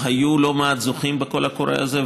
היו לא מעט זוכים בקול הקורא הזה,